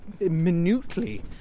minutely